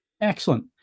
excellent